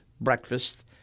breakfast